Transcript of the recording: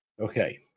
Okay